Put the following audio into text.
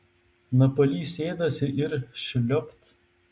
napalys sėdasi ir šliopt